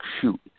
shoot